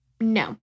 No